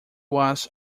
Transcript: was